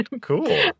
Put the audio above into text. Cool